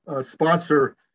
sponsor